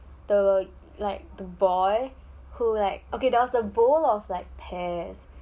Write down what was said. the like the boy who like okay that was the bowl of like pears